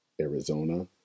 Arizona